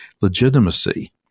legitimacy